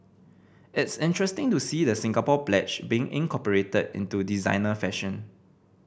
it's interesting to see the Singapore Pledge being incorporated into designer fashion